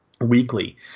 weekly